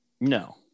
No